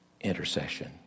intercession